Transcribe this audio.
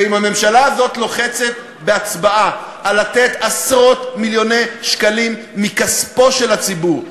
ואם הממשלה הזאת לוחצת בהצבעה לתת עשרות-מיליוני שקלים מכספו של הציבור,